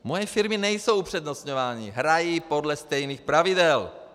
Moje firmy nejsou upřednostňovány, hrají podle stejných pravidel.